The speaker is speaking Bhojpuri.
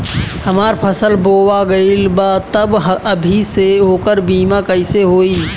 हमार फसल बोवा गएल बा तब अभी से ओकर बीमा कइसे होई?